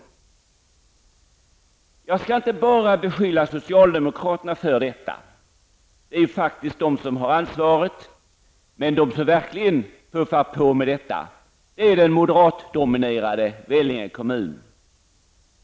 Jag skall inte beskylla bara socialdemokraterna för detta. Det är faktiskt de som har ansvaret, men de som verkligen puffar på är den moderatdominerade Vellinge kommun.